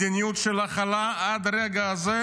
מדיניות של הכלה עד הרגע הזה,